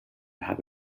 have